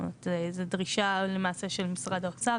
זאת אומרת, זו דרישה למעשה של משרד האוצר.